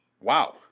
Wow